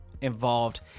involved